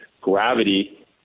gravity